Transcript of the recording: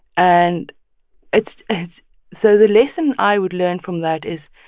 and it's it's so the lesson i would learn from that is,